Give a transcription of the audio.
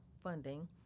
funding